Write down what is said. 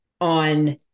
on